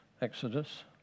Exodus